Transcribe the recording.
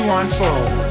unfold